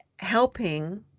helping